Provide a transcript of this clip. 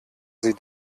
sie